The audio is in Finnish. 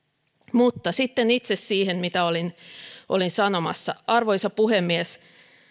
mutta sitten itse siihen mitä olin olin sanomassa arvoisa puhemies